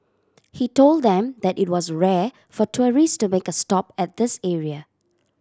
he told them that it was rare for tourist to make a stop at this area